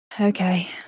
Okay